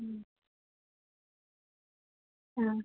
ആ